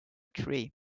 tree